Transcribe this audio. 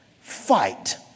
Fight